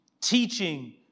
teaching